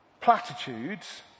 Platitudes